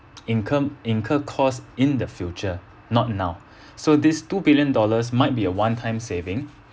incur incur costs in the future not now so this two billion dollars might be a one time saving